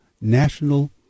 National